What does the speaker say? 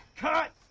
cut!